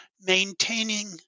maintaining